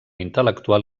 intel·lectual